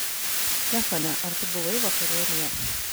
stefane ar tu buvai vakarėlyje